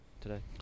Today